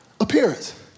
appearance